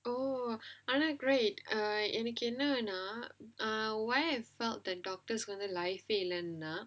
oh I don't agree uh uh why I felt that doctors life இல்லனா:illanaa